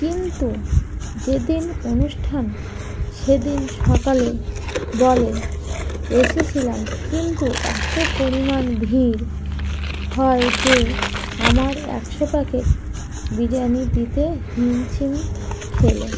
কিন্তু যেদিন অনুষ্ঠান সেদিন সকালে বলে এসেছিলাম কিন্তু এত পরিমাণ ভিড় হয় যে আমার একশো প্যাকেট বিরিয়ানি দিতে হিমসিম খেলো